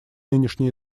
нынешний